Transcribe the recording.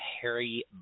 Harry